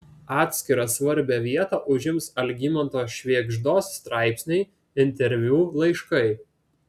atskirą svarbią vietą užims algimanto švėgždos straipsniai interviu laiškai